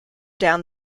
down